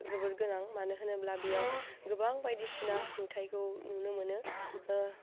जोबोर गोनां मानो होनोब्ला बेयाव गोबां बायदिसिना नुथाइखौ नुनो मोनो